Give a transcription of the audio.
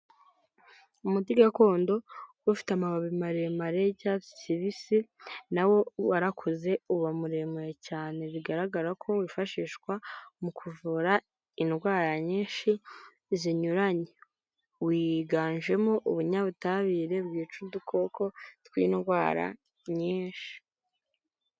Umuti gakondo ufite amababi maremare y'icyatsi kibisi nawo warakoze uba muremure cyane bigaragara ko wifashishwa mu kuvura indwara nyinshi zinyuranye wiganjemo ubunyabutabire bwica udukoko tw'indwara nyinshi.